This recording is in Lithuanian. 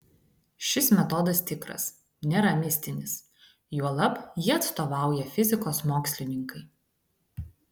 šis metodas tikras nėra mistinis juolab jį atstovauja fizikos mokslininkai